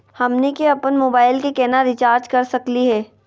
हमनी के अपन मोबाइल के केना रिचार्ज कर सकली हे?